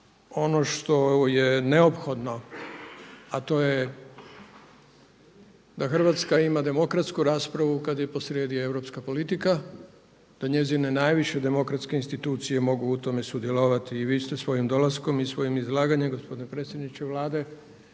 ono što je neophodno, a to je da Hrvatska ima demokratsku raspravu kad je posrijedi europska politike, da njezine najviše demokratske institucije mogu u tome sudjelovati. I vi ste svojim dolaskom i svojim izlaganjem gospodine predsjedniče Vlade